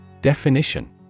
Definition